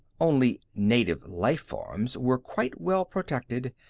only native life-forms were quite well protected.